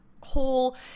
whole